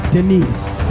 Denise